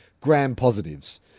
gram-positives